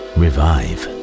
revive